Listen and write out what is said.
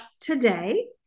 today